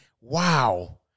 wow